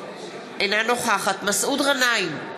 אינה נוכחת מסעוד גנאים,